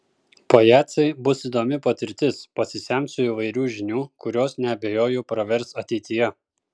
pajacai bus įdomi patirtis pasisemsiu įvairių žinių kurios neabejoju pravers ateityje